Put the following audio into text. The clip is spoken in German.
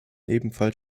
ebenfalls